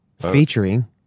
featuring